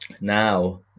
now